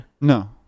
No